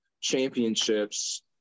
championships